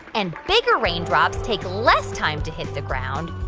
and bigger raindrops take less time to hit the ground,